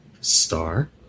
Star